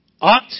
ought